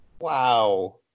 wow